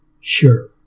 Sure